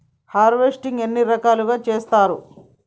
Harvesting ఎన్ని రకాలుగా చేస్తరు?